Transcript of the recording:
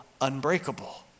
unbreakable